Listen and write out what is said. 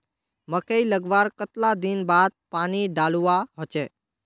मकई लगवार कतला दिन बाद पानी डालुवा होचे?